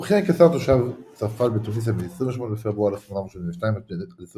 הוא כיהן כשר תושב צרפת בתוניסיה מ־28 בפברואר 1882 עד 28